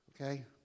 Okay